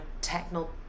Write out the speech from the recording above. technical